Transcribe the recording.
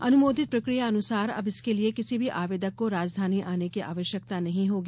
अनुमोदित प्रक्रिया अनुसार अब इसके लिये किसी भी आवेदक को राजधानी आने की आवश्यकता नहीं होगी